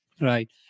Right